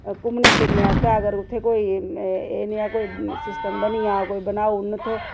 घूमने फिरने आस्तै अगर उत्थें कोई एह् नेहा कोई सिस्टम बनी जा कोई बनाई ओड़न उत्थै